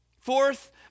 fourth